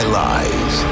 lies